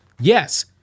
Yes